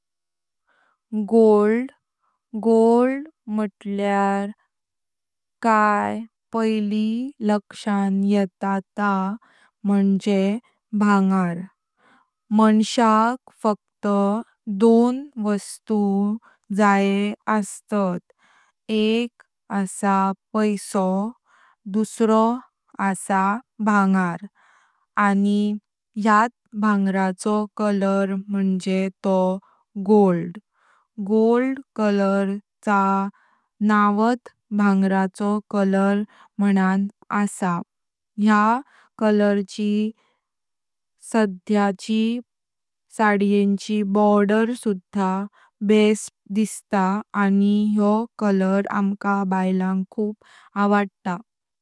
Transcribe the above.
Gold, gold म्हुटला काये पैली लक्ष्यान येता ता मुणजे भंगार। मांश्याक फक्त दोन वस्तु जाय आसतात एक पैसो दुसरा भंगार अनि यात भंगाराचो कलर मुणजे तो गोल्ड। गोल्ड कलर च्या नावात भंगाराचो कलर मुणंन आस। या कलर ची साडयांची बॉर्डर सुधा बेस्ट दिसता अनि योह कलर आमका बायलांग खूब आवडता।